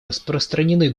распространены